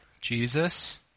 Jesus